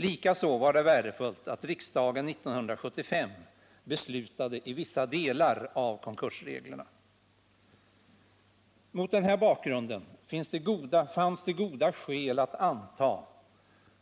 Likaså var det värdefullt att riksdagen 1975 beslutade i vissa delar av konkursreglerna. Mot den här bakgrunden fanns det goda skäl att anta